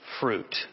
fruit